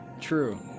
True